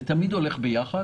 זה תמיד הולך ביחד.